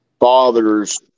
fathers